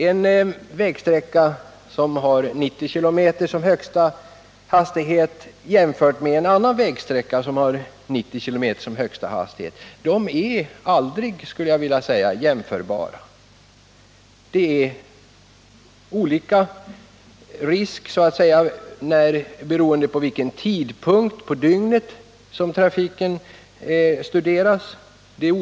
En vägsträcka som har 90 km/tim som högsta hastighet är aldrig jämförbar med en annan vägsträcka med 90 km som högsta hastighet, skulle jag vilja säga. Riskerna varierar med den tidpunkt på dygnet då trafiken studeras.